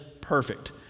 perfect